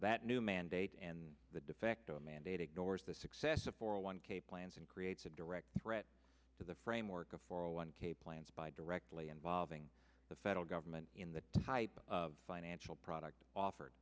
that new mandate and the de facto mandate ignores the success of four a one k plans and creates a direct threat to the framework of four zero one k plans by directly involving the federal government in the type of financial products offered